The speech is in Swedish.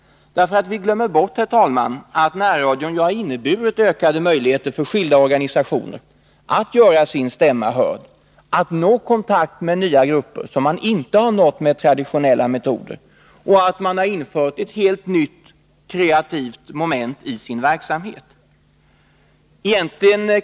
Vi glömmer nämligen bort, herr talman, att närradion har inneburit ökade möjligheter för skilda organisationer att göra sin stämma hörd, att nå kontakt med nya grupper som man inte nått med traditionella metoder. Dessutom har man fått ett nytt moment i sin verksamhet.